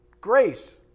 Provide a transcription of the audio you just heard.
grace